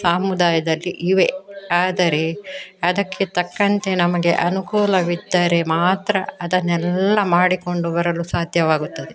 ಸಾಮುದಾಯದಲ್ಲಿ ಇವೆ ಆದರೆ ಅದಕ್ಕೆ ತಕ್ಕಂತೆ ನಮಗೆ ಅನುಕೂಲವಿದ್ದರೆ ಮಾತ್ರ ಅದನ್ನೆಲ್ಲ ಮಾಡಿಕೊಂಡು ಬರಲು ಸಾಧ್ಯವಾಗುತ್ತದೆ